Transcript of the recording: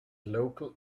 local